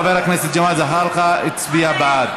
חבר הכנסת ג'מאל זחאלקה הצביע בעד.